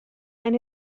and